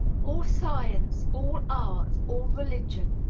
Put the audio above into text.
all science, all art, all religion,